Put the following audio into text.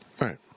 Right